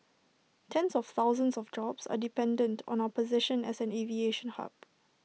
tens of thousands of jobs are dependent on our position as an aviation hub